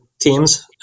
teams